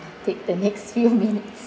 take the next few minutes